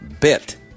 bit